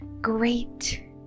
great